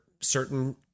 certain